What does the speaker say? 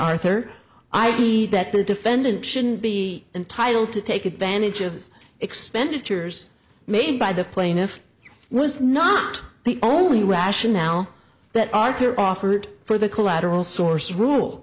arthur i e that the defendant shouldn't be entitled to take advantage of expenditures made by the plaintiff was not the only rationale that arthur offered for the collateral source rule